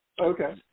okay